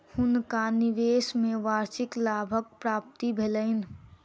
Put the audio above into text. हुनका निवेश में वार्षिक लाभक प्राप्ति भेलैन